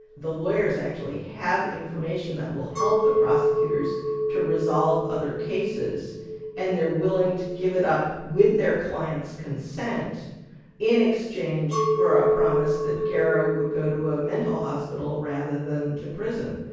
the lawyers actually have information that will help the prosecutors to resolve other cases and they're willing to give it up with their client's consent consent in exchange for a promise that garrow would go to a mental hospital rather than to prison.